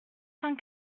cent